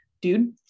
dude